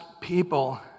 people